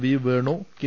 V Venu K